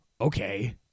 Okay